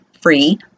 free